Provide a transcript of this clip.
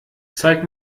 zeig